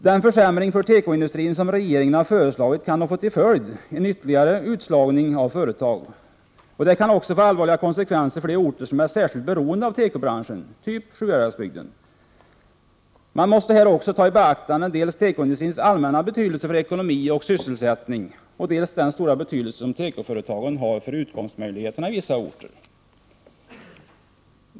Den försämring för tekoindustrin som regeringen föreslagit kan få till följd en ytterligare utslagning av företag. Detta kan få allvarliga konsekvenser för de orter som är särskilt beroende av tekobranschen, typ Sjuhäradsbygden. Man måste här också ta i beaktande dels tekoindustrins allmänna betydelse för ekonomi och sysselsättning, dels den stora betydelse tekoföretagen har för utkomstmöjligheterna i vissa orter.